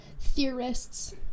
theorists